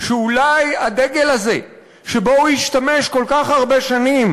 שאולי הדגל הזה שבו הוא השתמש כל כך הרבה שנים,